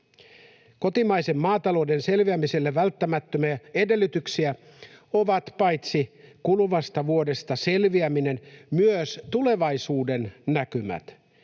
Kotimaisen maatalouden selviämiselle välttämättömiä edellytyksiä ovat paitsi kuluvasta vuodesta selviäminen myös tulevaisuudennäkymät,